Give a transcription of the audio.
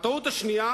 הטעות השנייה,